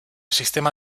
sistema